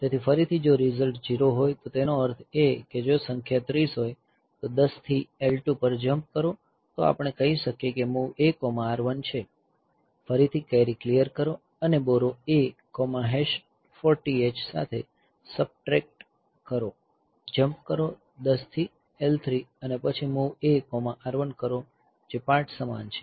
તેથી ફરીથી જો રિઝલ્ટ 0 હોય તો તેનો અર્થ એ કે જો સંખ્યા 30 હોય તો 10 થી L2 પર જમ્પ કરો તો આપણે કહી શકીએ કે MOV AR1 છે ફરીથી કેરી ક્લિયર કરો અને બોરો A 40 H સાથે સબટ્રેક્ટ કરો અને જમ્પ કરો 10 થી L3 અને પછી MOV AR1 કરો જે પાર્ટ સમાન છે